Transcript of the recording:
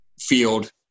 field